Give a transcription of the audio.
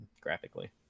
graphically